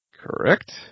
Correct